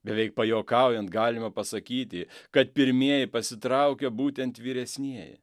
beveik pajuokaujant galima pasakyti kad pirmieji pasitraukia būtent vyresnieji